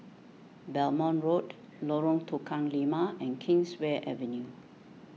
Belmont Road Lorong Tukang Lima and Kingswear Avenue